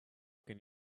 can